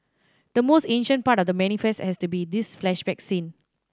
the most ancient part of The Manifest has to be this flashback scene